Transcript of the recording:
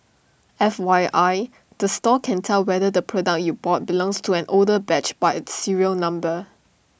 F Y I the store can tell whether the product you bought belongs to an older batch by its serial number